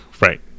Right